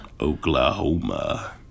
Oklahoma